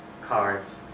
cards